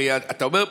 הרי אתה אומר "מטופל".